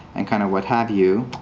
and kind of what have you,